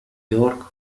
york